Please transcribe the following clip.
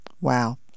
Wow